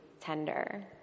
tender